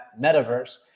metaverse